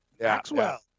Maxwell